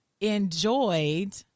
enjoyed